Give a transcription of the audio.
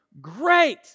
Great